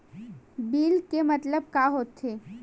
Bill के मतलब का होथे?